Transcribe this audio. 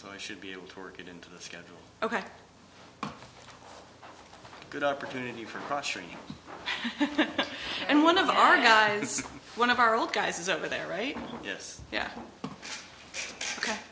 so i should be able to work it into the schedule ok good opportunity for pressuring and one of our guys one of our old guys over there right yes yeah ok